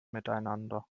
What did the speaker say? miteinander